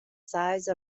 size